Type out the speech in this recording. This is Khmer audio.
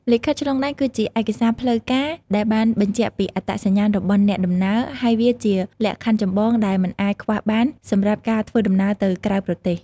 លិខិតឆ្លងដែនគឺជាឯកសារផ្លូវការដែលបានបញ្ជាក់ពីអត្តសញ្ញាណរបស់អ្នកដំណើរ ហើយវាជាលក្ខខណ្ឌចម្បងដែលមិនអាចខ្វះបានសម្រាប់ការធ្វើដំណើរទៅក្រៅប្រទេស។